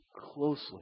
closely